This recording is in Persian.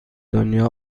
دنیا